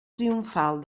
triomfal